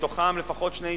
ומתוכם לפחות שני עיתונים,